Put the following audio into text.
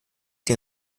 den